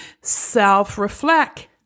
self-reflect